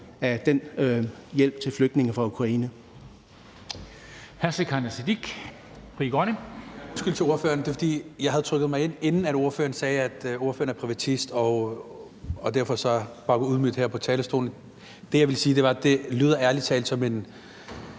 af hjælpen til flygtninge fra Ukraine.